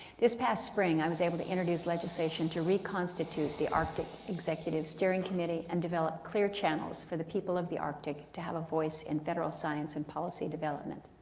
this past spring i was able to introduce legislation to reconstitute the arctic executive steering committee and develop clear channels for the people of the arctic to have a voice and federal science and policy development.